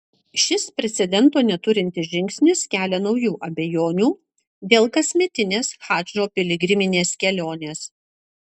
šis precedento neturintis žingsnis kelia naujų abejonių dėl kasmetinės hadžo piligriminės kelionės